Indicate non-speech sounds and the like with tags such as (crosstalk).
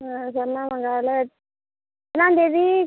சொன்னால் (unintelligible) எத்தனாம்தேதி